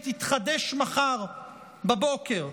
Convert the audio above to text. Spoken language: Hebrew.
היא תתחדש מחר בבוקר.